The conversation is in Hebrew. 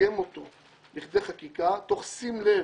ולתרגם אותו לכדי חקיקה, תוך שים לב,